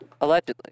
Allegedly